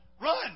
Run